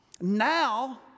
Now